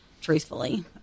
truthfully